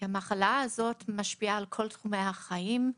כי המחלה הזאת משפיעה על כל תחומי החיים,